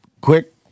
quick